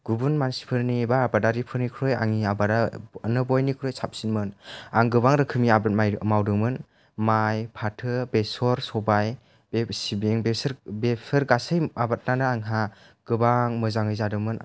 गुबुन मानसिफोरनि एबा आबादारिफोरनिख्रुइ आंनि आबादानो बयनिख्रुइ साबसिनमोन आं गोबां रोखोमनि आबाद मावदोंमोन माइ फाथो बेसर सबाय बे सिबिं बेसोर बेफोर गासै आबादानो आंहा गोबां मोजाङै जादोंमोन